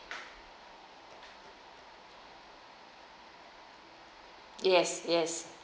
yes yes